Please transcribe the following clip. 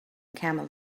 camel